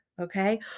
okay